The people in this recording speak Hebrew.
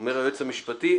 אומר היועץ המשפטי,